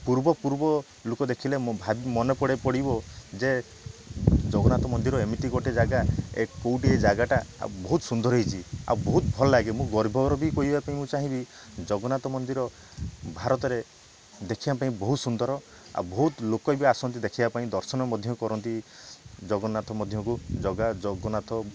ପୂର୍ବ ପୂର୍ବ ଲୋକ ଦେଖିଲେ ମୋ ଭା ମନେ ପଡ଼େ ପଡ଼ିବ ଯେ ଜଗନ୍ନାଥ ମନ୍ଦିର ଏମିତି ଗୋଟେ ଜାଗା ଏ କେଉଁଠି ଏ ଜାଗାଟା ଆଉ ବହୁତ ସୁନ୍ଦର ହେଇଛି ଆଉ ବହୁତ ଭଲ ଲାଗେ ମୁଁ ଗର୍ବରେ ବି କହିବା ପାଇଁ ମୁଁ ଚାହିଁବି ଜଗନ୍ନାଥ ମନ୍ଦିର ଭାରତରେ ଦେଖିବା ପାଇଁ ବହୁତ ସୁନ୍ଦର ଆଉ ବହୁତ ଲୋକ ବି ଆସନ୍ତି ଦେଖିବା ପାଇଁ ଦର୍ଶନ ମଧ୍ୟ କରନ୍ତି ଜଗନ୍ନାଥ ମଧ୍ୟକୁ ଜଗା ଜଗନ୍ନାଥ